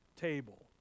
table